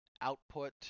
output